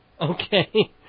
Okay